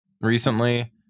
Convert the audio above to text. recently